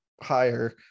higher